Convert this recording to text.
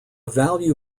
value